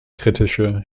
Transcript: kritische